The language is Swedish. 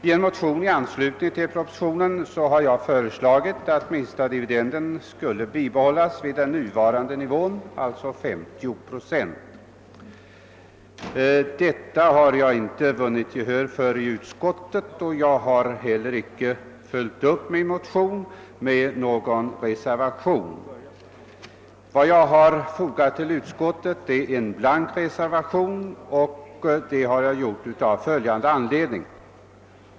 I en motion i anslutning till propositionen har jag föreslagit att minsta dividenden skall bibehållas vid den nuvarande nivån, 50 procent. Detta har jag inte vunnit gehör för i utskottet, och jag har heller inte följt upp min motion med någon reservation; jag har endast fogat en blank reservation till utskottsutlåtandet.